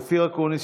אופיר אקוניס,